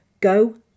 go